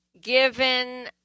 given